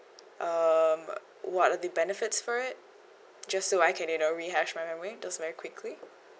um what are the benefits for it just so I can you know refresh my memory just very quickly